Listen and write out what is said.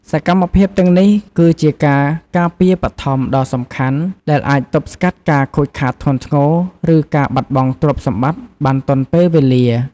សកម្មភាពទាំងនេះ គឺជាការការពារបឋមដ៏សំខាន់ ដែលអាចទប់ស្កាត់ការខូចខាតធ្ងន់ធ្ងរ ឬការបាត់បង់ទ្រព្យសម្បត្តិបានទាន់ពេលវេលា។